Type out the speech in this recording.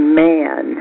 man